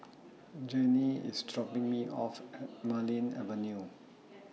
Janie IS dropping Me off At Marlene Avenue